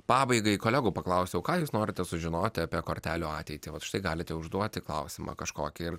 pabaigai kolegų paklausiau ką jūs norite sužinoti apie kortelių ateitį vat štai galite užduoti klausimą kažkokį ir